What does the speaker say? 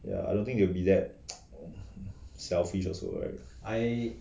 yeah I don't think they will be that selfish also right